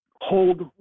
hold